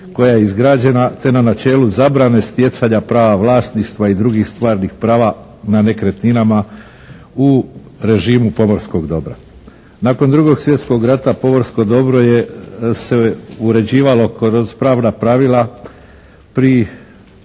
koja je izgrađena prema načelu zabrane stjecanja prava vlasništva i drugih stvarnih prava na nekretninama u režimu pomorskog dobra. Nakon drugog svjetskog rata pomorsko dobro se uređivalo kroz pravna pravila pri